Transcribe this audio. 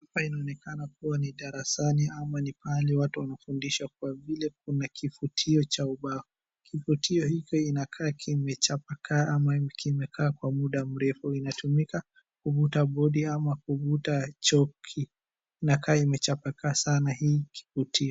Hapa inaonekana kuwa ni darasani ama ni pahali watu wanafundishwa, kwa vile kuna kifutio cha ubao. Kifutio hicho inakaa kimechapakaa ama kimekaa kwa muda mrefu. Inatumika kufuta bodi ama kufuta choki. Inakaa imechapakaa sana hii kifutio.